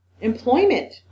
employment